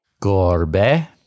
gorbe